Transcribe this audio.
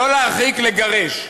לא להרחיק, לגרש.